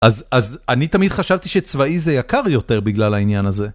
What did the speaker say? אז אני תמיד חשבתי שצבאי זה יקר יותר בגלל העניין הזה.